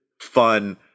fun